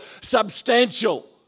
substantial